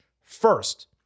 First